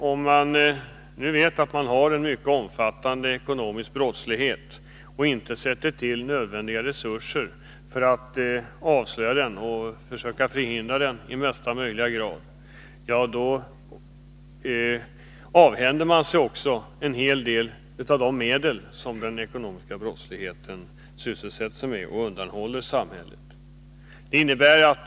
Om man vet att det förekommer en mycket omfattande ekonomisk brottslighet och inte sätter till nödvändiga resurser för att avslöja den och försöker förhindra den i mesta möjliga grad, avhänder man sig också en hel del av de medel som den ekonomiska brottsligheten rör sig med och undanhåller samhället.